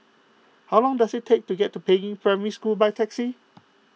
how long does it take to get to Peiying Primary School by taxi